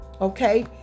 Okay